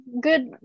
good